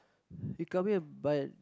they come here but